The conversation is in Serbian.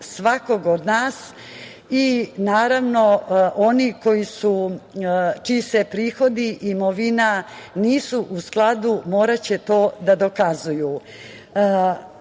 svakog od nas i, naravno, oni čiji prihodi i imovina nisu u skladu moraće to da dokazuju. Zakon